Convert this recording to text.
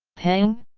peng?